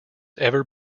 ever